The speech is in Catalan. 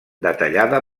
detallada